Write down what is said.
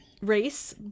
race